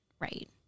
right